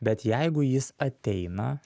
bet jeigu jis ateina